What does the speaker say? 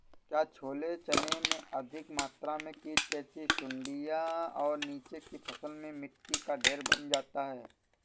क्या छोले चने में अधिक मात्रा में कीट जैसी सुड़ियां और नीचे की फसल में मिट्टी का ढेर बन जाता है?